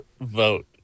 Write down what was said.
vote